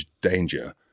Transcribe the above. danger